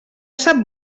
sap